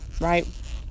right